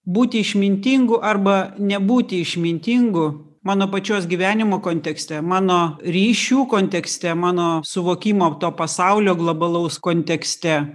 būti išmintingu arba nebūti išmintingu mano pačios gyvenimo kontekste mano ryšių kontekste mano suvokimo to pasaulio globalaus kontekste